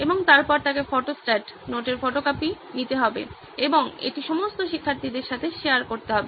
এবং তারপরে তাকে ফটোস্ট্যাট নোটের ফটোকপি নিতে হবে এবং এটি সমস্ত শিক্ষার্থীদের সাথে শেয়ার করতে হবে